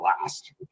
last